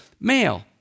male